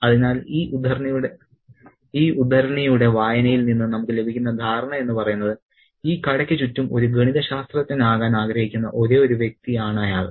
അതിനാൽ ഈ ഉദ്ധരണിയുടെ വായനയിൽ നിന്ന് നമുക്ക് ലഭിക്കുന്ന ധാരണ എന്ന് പറയുന്നത് ഈ കടയ്ക്ക് ചുറ്റും ഒരു ഗണിതശാസ്ത്രജ്ഞനാകാൻ ആഗ്രഹിക്കുന്ന ഒരേയൊരു വ്യക്തിയാണ് അയാൾ